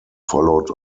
followed